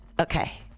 Okay